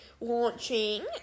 launching